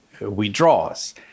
withdraws